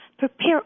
Prepare